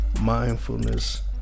Mindfulness